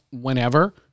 whenever